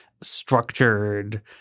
structured